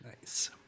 Nice